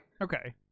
Okay